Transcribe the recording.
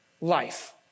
life